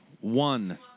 one